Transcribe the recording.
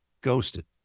ghosted